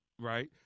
Right